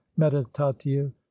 meditatio